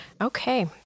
Okay